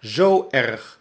zoo erg